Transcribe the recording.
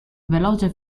veloce